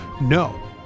no